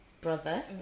brother